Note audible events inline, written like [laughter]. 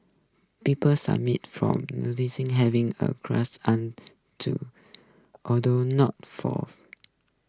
people submit from [unintelligible] having a [unintelligible] and to although not forth